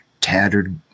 tattered